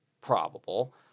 probable